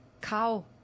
Cow